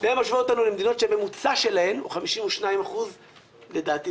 הן משוות אותנו למדינות שהממוצע שלהן הוא 52% לדעתי,